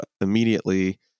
immediately